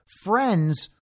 friends